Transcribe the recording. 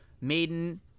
Maiden